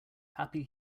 happy